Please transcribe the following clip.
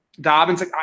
Dobbins